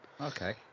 Okay